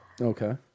Okay